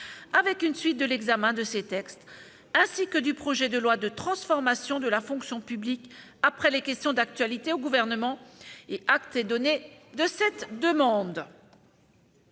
agence. La suite de l'examen de ces textes, ainsi que du projet de loi de transformation de la fonction publique, aurait lieu après les questions d'actualité au Gouvernement. Acte est donné de cette demande.